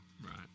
right